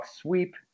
sweep